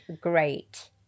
great